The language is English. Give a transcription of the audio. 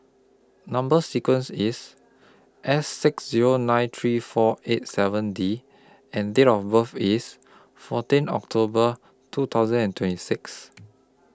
Number sequence IS S six Zero nine three four eight seven D and Date of birth IS fourteen October two thousand and twenty six